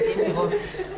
מדהים לראות.